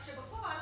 רק שבפועל